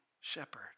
shepherd